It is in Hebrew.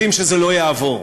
יודעים שזה לא יעבור.